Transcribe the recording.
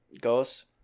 goes